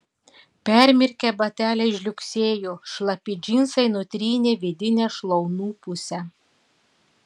permirkę bateliai žliugsėjo šlapi džinsai nutrynė vidinę šlaunų pusę